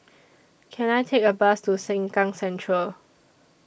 Can I Take A Bus to Sengkang Central